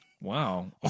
Wow